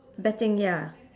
betting ya